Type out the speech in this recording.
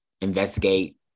investigate